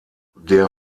der